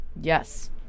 Yes